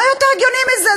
מה יותר הגיוני מזה?